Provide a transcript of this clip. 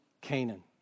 Canaan